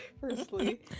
Firstly